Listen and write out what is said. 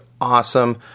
awesome